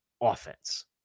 offense